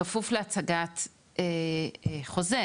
בכפוף להצגת חוזה,